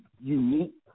unique